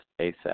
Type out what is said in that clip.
asap